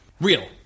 Real